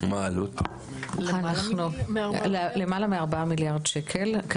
למעלה מ-4 מיליארד שקל,